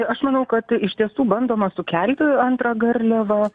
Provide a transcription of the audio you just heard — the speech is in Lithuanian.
aš manau kad iš tiesų bandoma sukelti antrą garliavą